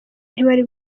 ntibari